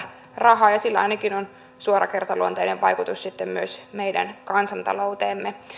rahaa ja sillä ainakin on suora kertaluonteinen vaikutus sitten myös meidän kansantalouteemme